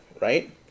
right